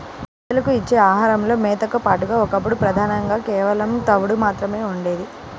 గేదెలకు ఇచ్చే ఆహారంలో మేతతో పాటుగా ఒకప్పుడు ప్రధానంగా కేవలం తవుడు మాత్రమే ఉండేది